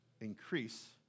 increase